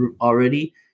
already